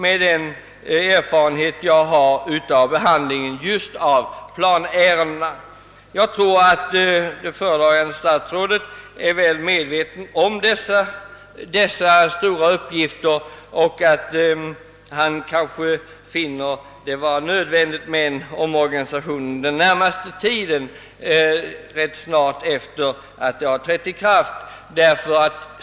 Föredragande statsrådet är säkerligen väl medveten om dessa stora uppgifter som skall handläggas inom landskanslierna, och han kommer kanske att finna det nödvändigt att göra en omorganisation ganska snart efter det att de nya bestämmelserna har trätt i kraft.